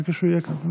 חכה שהוא יהיה כאן.